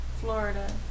Florida